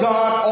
God